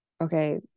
okay